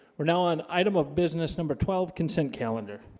we're now on item of business number twelve consent calendar